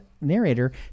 narrator